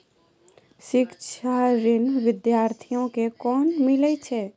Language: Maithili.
शिक्षा ऋण बिद्यार्थी के कोना मिलै छै?